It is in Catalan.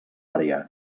àrea